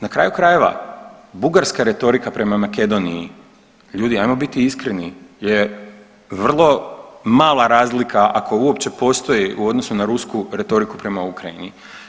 Na kraju krajeva bugarska retorika prema Makedoniji, ljudi ajmo biti iskreni, je vrlo mala razlika ako uopće postoji u odnosu na rusku retoriku prema Ukrajini.